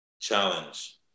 challenge